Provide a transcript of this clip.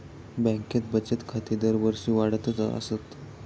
बँकेत बचत खाती दरवर्षी वाढतच आसत